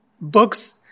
books